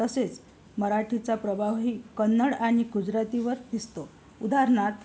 तसेच मराठीचा प्रभावही कन्नड आणि गुजरातीवर दिसतो उदाहरणार्थ